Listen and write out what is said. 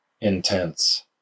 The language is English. intense